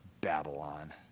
Babylon